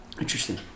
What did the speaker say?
Interesting